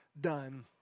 done